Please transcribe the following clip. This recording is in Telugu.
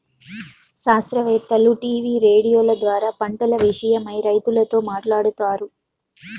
శాస్త్రవేత్తలు టీవీ రేడియోల ద్వారా పంటల విషయమై రైతులతో మాట్లాడుతారు